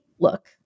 look